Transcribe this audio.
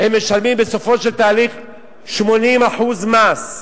משלמים בסופו של תהליך 80% מס.